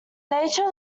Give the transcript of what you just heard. nature